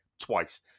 twice